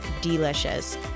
delicious